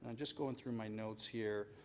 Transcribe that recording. and just going through my notes here,